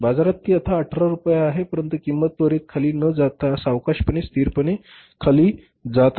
बाजारात ती आता १८ रुपये आहे परंतु किंमत त्वरित खाली ना जात सावकाशपणे व स्थिरपणे खाली जात आहे